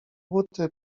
buty